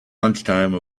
lunchtime